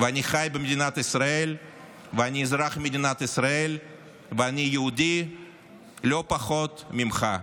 ואני חי במדינת ישראל ואני אזרח מדינת ישראל ואני יהודי לא פחות ממך.